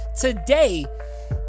today